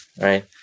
right